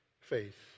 faith